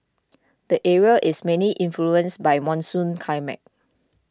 the area is mainly influenced by monsoon climate